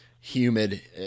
humid